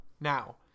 Now